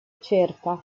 cerca